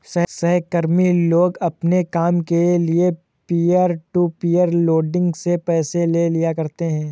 सहकर्मी लोग अपने काम के लिये पीयर टू पीयर लेंडिंग से पैसे ले लिया करते है